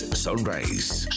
Sunrise